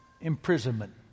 imprisonment